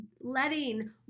Letting